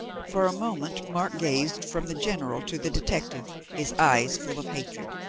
for a moment mark gazed from the general to the detective, his eyes full of hatred.